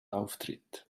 auftritt